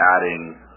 adding